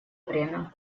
время